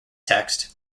text